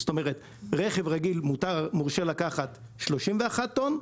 זאת אומרת רכב רגיל מורשה לקחת 31 טון,